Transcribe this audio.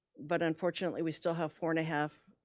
but unfortunately, we still have four and a half,